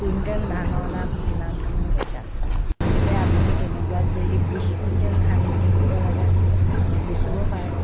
quintal ধানৰ দাম কিমানখিনি পইচা গতিকে আপুনি তেনেকুৱা যদি বিছ কুইণ্টেল ধান কিনিব লাগে বেচিব পাৰে